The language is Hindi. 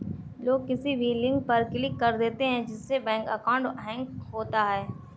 लोग किसी भी लिंक पर क्लिक कर देते है जिससे बैंक अकाउंट हैक होता है